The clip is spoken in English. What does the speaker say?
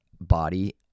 body